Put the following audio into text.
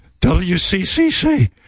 WCCC